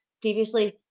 previously